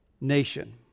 nation